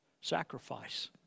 sacrifice